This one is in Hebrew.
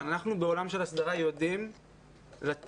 אנחנו בעולם של הסדרה יודעים לתת